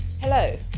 Hello